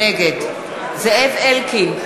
נגד זאב אלקין,